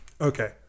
Okay